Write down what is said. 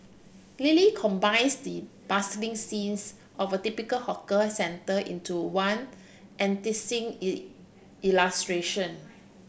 Lily combines the bustling scenes of a typical hawker centre into one enticing illustration